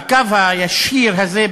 הקו הישיר הזה,